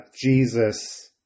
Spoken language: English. Jesus